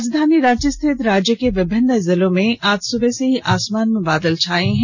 राजधानी रांची स्थित राज्य के विभिन्न जिलों में आज सुबह से ही आसमान में बादल छाये हए है